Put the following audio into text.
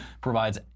provides